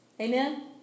Amen